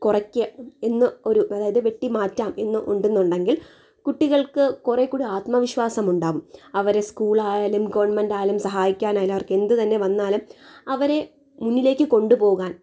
കുറയ്ക്കാംഎന്ന് ഒരു അതായതു വെട്ടിമാറ്റാം എന്ന് ഉണ്ടെന്നുണ്ടെങ്കില് കുട്ടികള്ക്ക് കുറെക്കൂടി ആത്മവിശ്വാസം ഉണ്ടാവും അവരെ സ്കൂൾ ആയാലും ഗവൺമെന്റ് ആയാലും സഹായിക്കാന് എല്ലാവര്ക്കും എന്ത് തന്നെ വന്നാലും അവരെ മുന്നിലേക്ക് കൊണ്ടുപോകാന്